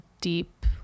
deep